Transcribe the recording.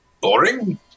Boring